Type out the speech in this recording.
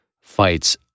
fights